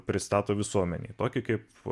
pristato visuomenei tokį kaip